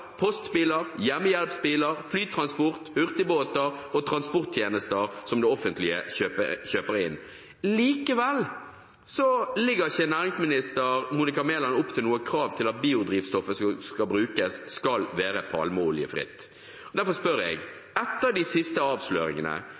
postbiler, hjemmehjelpsbiler, flytransport, hurtigbåter og transporttjenester som det offentlige kjøper inn. Likevel legger ikke næringsminister Monica Mæland opp til noe krav om at biodrivstoffet som skal brukes, skal være palmeoljefritt. Derfor spør jeg: Etter de siste avsløringene